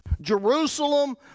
Jerusalem